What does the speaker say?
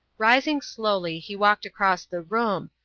rising slowly, he walked across the room,